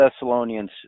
thessalonians